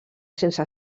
sense